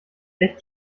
echt